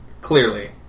clearly